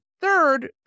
third